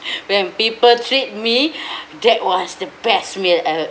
when people treat me that was the best meal I